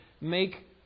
make